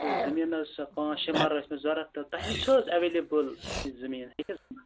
تہٕ زٔمیٖنس پانژھ شےٚ ملرٕ ٲس مےٚ ضوٚرتھ تہٕ تۄہہِ نِش چھُ حظ ایویلیبٕل یہ زٔمیٖن